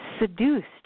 Seduced